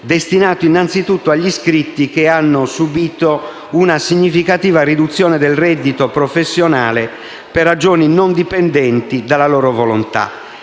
destinate innanzitutto «agli iscritti che hanno subito una significativa riduzione del reddito professionale per ragioni non dipendenti dalla propria volontà».